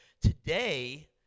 today